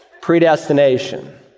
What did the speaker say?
predestination